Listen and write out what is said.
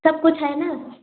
सब कुछ है न